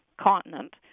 continent